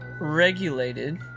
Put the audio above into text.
regulated